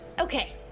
Okay